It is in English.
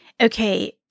Okay